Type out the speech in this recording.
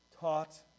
taught